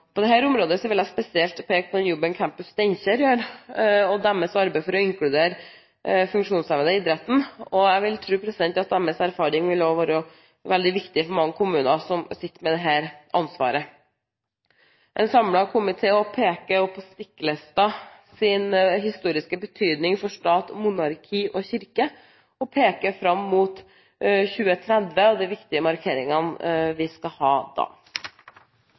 området vil jeg spesielt peke på den jobben Campus Steinkjer gjør, og deres arbeid for å inkludere funksjonshemmede i idretten. Jeg vil tro at deres erfaring også vil være veldig viktig for mange kommuner som sitter med dette ansvaret. En samlet komité peker også på Stiklestads historiske betydning for stat, monarki og kirke og peker fram mot 2030 og de viktige markeringene vi skal ha da.